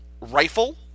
rifle